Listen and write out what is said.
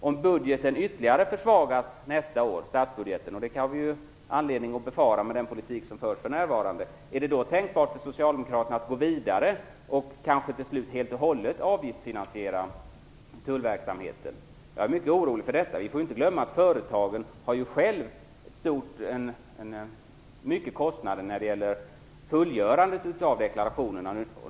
Om statsbudgeten försvagas ytterligare nästa år - det har vi anledning att befara, med den politik som förs för närvarande - är det då tänkbart för Socialdemokraterna att gå vidare och kanske till slut helt och hållet avgiftsfinansiera tullverksamheten? Jag är mycket orolig för detta. Vi får inte glömma att företagen själva har mycket kostnader när det gäller fullgörandet av deklarationerna.